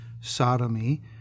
sodomy